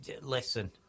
Listen